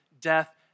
death